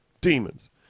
demons